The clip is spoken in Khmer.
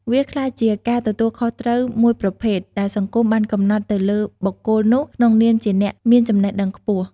វាក្លាយជាការទទួលខុសត្រូវមួយប្រភេទ ដែលសង្គមបានកំណត់ទៅលើបុគ្គលនោះ ក្នុងនាមជាអ្នកមានចំណេះដឹងខ្ពស់។